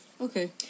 Okay